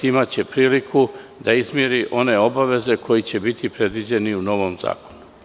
Imaće priliku da izmiri one obaveze koje će biti predviđene i u novom zakonu.